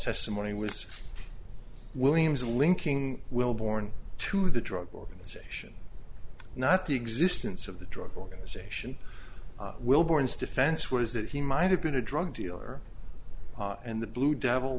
testimony was williams linking will born to the drug organization not the existence of the drug organization will bourne's defense was that he might have been a drug dealer and the blue devil